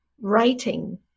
writing